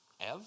Ev